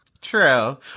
true